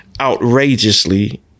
outrageously